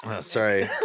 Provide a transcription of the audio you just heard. Sorry